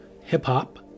hip-hop